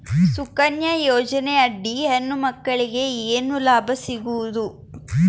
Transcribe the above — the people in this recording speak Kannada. ಸುಕನ್ಯಾ ಯೋಜನೆ ಅಡಿ ಹೆಣ್ಣು ಮಕ್ಕಳಿಗೆ ಏನ ಲಾಭ ಸಿಗಬಹುದು?